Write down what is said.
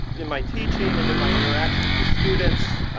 in my teaching and in my interactions with students,